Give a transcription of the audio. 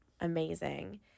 amazing